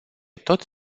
tot